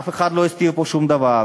אף אחד לא הסתיר פה שום דבר.